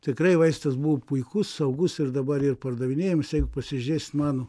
tikrai vaistas buvo puikus saugus ir dabar ir pardavinėjamas jeigu pasižiūrėsit mano